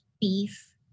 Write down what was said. beef